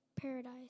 paradise